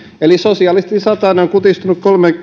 eli sosialistin satanen on kutistunut